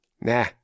Nah